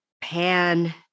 pan